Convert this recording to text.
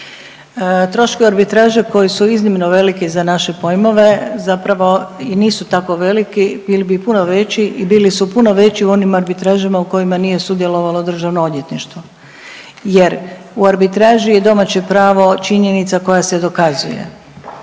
Troškovi arbitraža koji su iznimno veliki za naše pojmove zapravo i nisu tako veliki, bili bi puno veći i bili su puno veći u onim arbitražama u kojima nije sudjelovalo državno odvjetništvo jer u arbitraži je domaće pravo činjenica koja se dokazuje,